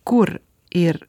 kur ir